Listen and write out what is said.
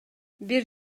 бир